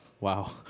Wow